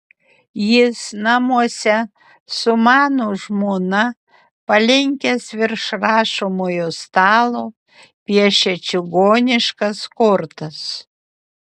jis namuose su mano žmona palinkęs virš rašomojo stalo piešia čigoniškas kortas